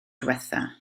diwethaf